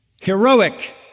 heroic